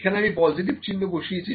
এখানে আমি পজিটিভ চিহ্ন বসিয়েছি